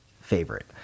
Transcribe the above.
favorite